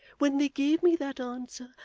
when they gave me that answer,